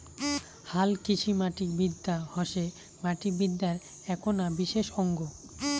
হালকৃষিমাটিবিদ্যা হসে মাটিবিদ্যার এ্যাকনা বিশেষ অঙ্গ